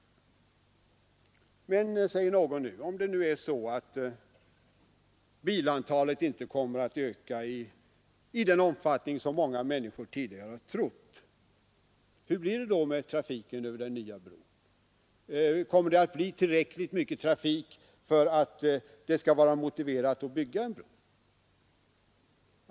Men, säger någon, om bilantalet inte kommer att öka i den omfattning som många människor tidigare trott; hur blir det då med trafiken över den nya bron? Blir trafiken tillräckligt stor för att det skall vara motiverat att bygga en bro?